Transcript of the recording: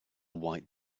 white